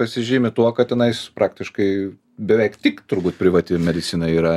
pasižymi tuo kad tenais praktiškai beveik tik turbūt privati medicina yra